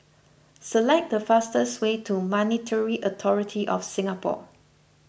select the fastest way to Monetary Authority of Singapore